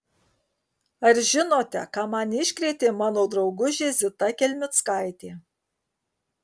ar žinote ką man iškrėtė mano draugužė zita kelmickaitė